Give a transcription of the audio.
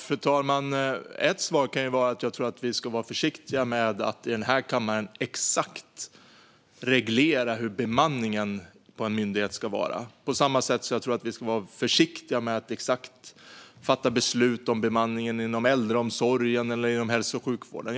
Fru talman! Ett svar kan vara att jag tror att vi ska vara försiktiga med att i den här kammaren exakt reglera hur bemanningen på en myndighet ska ske, på samma sätt som jag tror att vi ska vara försiktiga med att exakt fatta beslut om bemanningen inom äldreomsorgen eller hälso och sjukvården.